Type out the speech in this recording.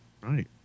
Right